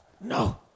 No